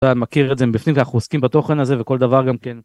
אתה מכיר את זה מבפנים אנחנו עוסקים בתוכן הזה וכל דבר גם כן.